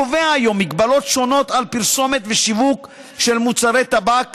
הקובע היום הגבלות שונות על פרסומת ושיווק של מוצרי טבק